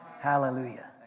Hallelujah